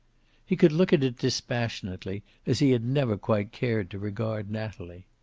he could look at it dispassionately, as he had never quite cared to regard natalie.